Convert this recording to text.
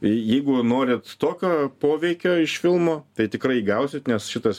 jeigu norit tokio poveikio iš filmo tai tikrai gausit nes šitas